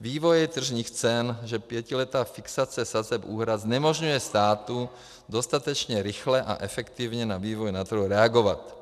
vývoji tržních cen, že pětiletá fixace sazeb úhrad znemožňuje státu dostatečně rychle a efektivně na vývoj na trhu reagovat.